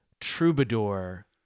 troubadour